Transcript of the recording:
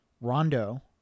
Rondo